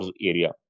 area